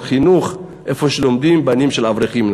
חינוך שבהם לומדים בנים של אברכים,